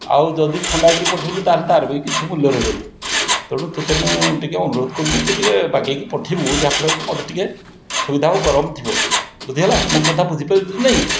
ଆଉ ଯଦି ଥଣ୍ଡା କରି ପଠେଇଲୁ ତାହେଲେ ତା'ର ବି କିଛି ମୂଲ୍ୟ ରହିବନି ତେଣୁ ତୋତେ ମୁଁ ଟିକିଏ ଅନୁରୋଧ କରୁଛି ତୁ ଟିକିଏ ବାଗେଇକି ପଠେଇବୁ ଯାହା କରିବୁ ମୋତେ ଟିକିଏ ସୁବିଧା ହବ ଗରମ ଥିବ ବୁଝିହେଲା ମୋ କଥା ବୁଝିପାରୁଛୁ କି ନାହିଁ